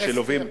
והשילובים,